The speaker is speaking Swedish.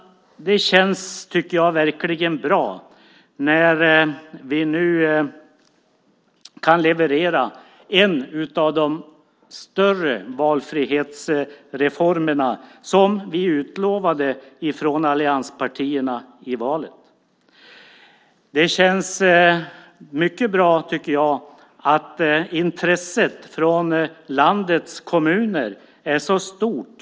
Jag tycker att det verkligen känns bra när vi nu kan leverera en av de större valfrihetsreformerna som vi i allianspartierna utlovade i valet. Jag tycker att det känns mycket bra att intresset från landets kommuner är så stort.